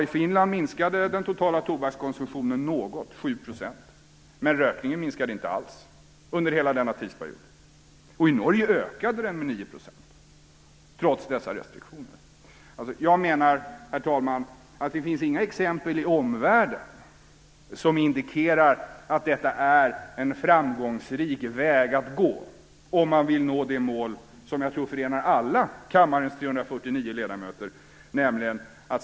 I Finland minskade den totala tobakskonsumtionen något, 7 %, men rökningen minskade inte alls under hela denna tidsperiod. I Norge ökade den med 9 % trots dessa restriktioner. Jag menar, herr talman, att det inte finns några exempel i omvärlden som indikerar att detta är en framgångsrik väg att gå om man vill nå det mål som jag tror förenar alla kammarens 349 ledamöter.